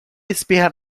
espirra